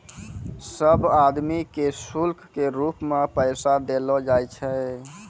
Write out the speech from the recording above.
सब आदमी के शुल्क के रूप मे पैसा देलो जाय छै